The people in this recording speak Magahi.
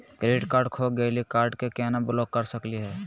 क्रेडिट कार्ड खो गैली, कार्ड क केना ब्लॉक कर सकली हे?